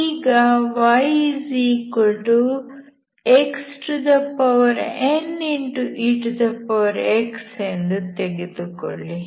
ಈಗ yxnex ಎಂದುಕೊಳ್ಳಿ